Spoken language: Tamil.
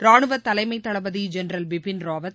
ராணுவ தலைமை தளபதி ஜெனரல் திரு பிபின் ராவத்